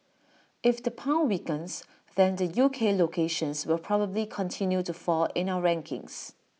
if the pound weakens then the U K locations will probably continue to fall in our rankings